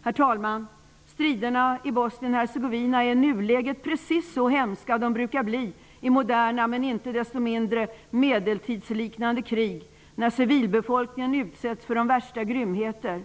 Herr talman! Striderna i Bosnien-Hercegovina är i nuläget precis så hemska som de brukar bli i moderna men inte desto mindre medeltidsliknande krig när civilbefolkningen utsätts för de värsta grymheter.